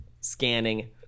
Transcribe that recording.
scanning